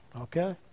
okay